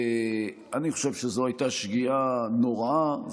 אני חושב שזו הייתה שגיאה נוראה,